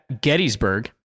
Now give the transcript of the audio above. Gettysburg